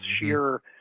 sheer